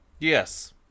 yes